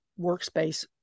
workspace